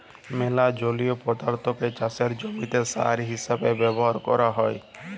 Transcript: ম্যালা জলীয় পদাথ্থকে চাষের জমিতে সার হিসেবে ব্যাভার ক্যরা হ্যয়